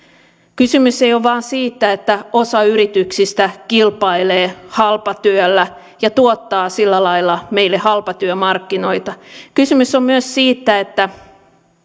kysymys ei ole vain siitä että osa yrityksistä kilpailee halpatyöllä ja tuottaa sillä lailla meille halpatyömarkkinoita kysymys on myös siitä että